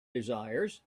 desires